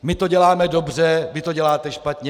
My to děláme dobře, vy to děláte špatně.